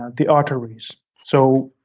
ah the arteries, so